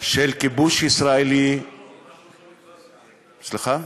של כיבוש ישראלי, סיפורים,